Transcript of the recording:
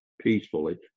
peacefully